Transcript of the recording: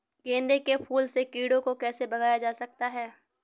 गेंदे के फूल से कीड़ों को कैसे भगाया जा सकता है?